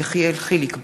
איילת שקד,